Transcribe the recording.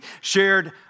shared